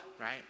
right